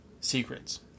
Secrets